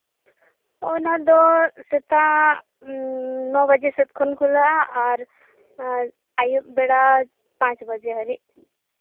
ᱚᱱᱟᱫᱚ ᱥᱮᱛᱟᱜ ᱱᱚ ᱵᱟᱡᱮ ᱥᱮᱫ ᱠᱷᱚᱱ ᱠᱷᱩᱞᱟᱹᱜᱼᱟ ᱟᱨ ᱟᱹᱭᱩᱵ ᱵᱮᱲᱟ ᱯᱟᱸᱪ ᱵᱟᱡᱮ ᱦᱟᱹᱨᱤᱡ